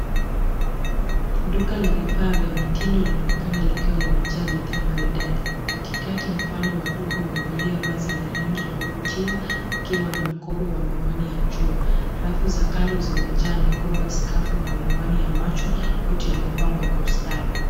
Duka la vifaa vya mitindo linaonekana likiwa limejaa bidhaa maridadi. Katikati mfano wa duka umevalia vazi la rangi ya kuvutiwa ikiwa na mkoba wa miwani ya jua. Rafu za kando zimejaa mikoba, skafu na miwani ya macho yote yamepangwa kwa ustadi.